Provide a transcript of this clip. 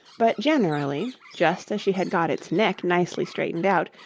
but generally, just as she had got its neck nicely straightened out,